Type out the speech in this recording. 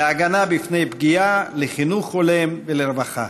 להגנה מפני פגיעה, לחינוך הולם ולרווחה.